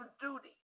duty